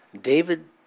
David